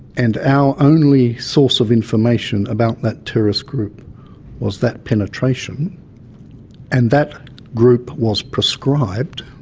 and our only source of information about that terrorist group was that penetration and that group was proscribed